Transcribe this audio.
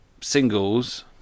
singles